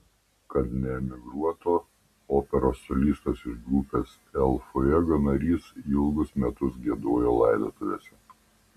kad neemigruotų operos solistas ir grupės el fuego narys ilgus metus giedojo laidotuvėse